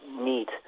neat